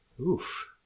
Oof